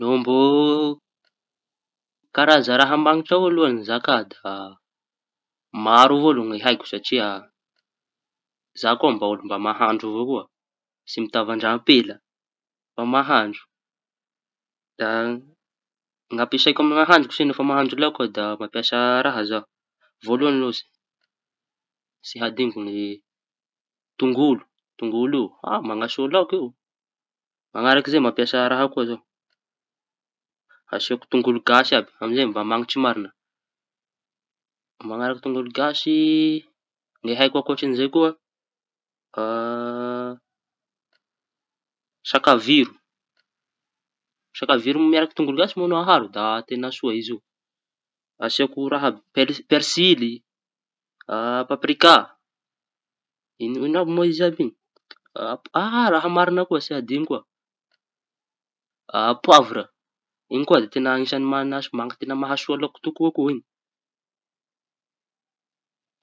No mbô karaza raha mañitra eo aloha no zakaiko. Da maro avao ny haiko satria za koa mbô olo mba mahandro avao, koa tsy mitavandra ampela mba mahandro. Da ny ampiasaiko amy ny nahandro se no fa za mahandro laoky. Da mampiasa raha zaho voalohañy aloha tsy hadiñoko ny tongolo. Tongolo io ha mañasoa laoky io. Mañaraky zay mampiasa raha koa zaho asiako tongolo gasy àby amizay. Da mañitsy mariña mañaraky tongolo gasy ny haiko ankoatr'izay koa sakaviro. Sakaviro miaraky tongolo gasy no aharo da teña soa izy io, asiako raha iaby per- persily a- paprika. I- inoña àby izy àby iñy? Ah- araha mariña koa tsy adiño koa a poavra iñy koa da teña mahasoa laoky tokoa iñy.